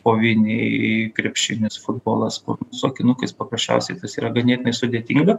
koviniai krepšinis futbolas su akinukais paprasčiausiai tas yra ganėtinai sudėtinga